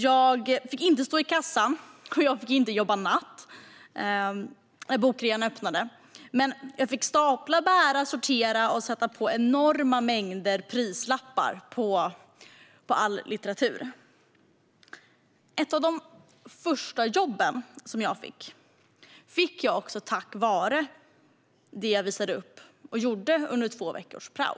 Jag fick inte stå i kassan, och jag fick inte jobba natt när bokrean började. Men jag fick stapla, bära, sortera och sätta på enorma mängder prislappar på all litteratur. Ett av mina första jobb fick jag tack vare det som jag kunde visa upp att jag hade gjort under två veckors prao.